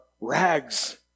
rags